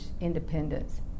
independence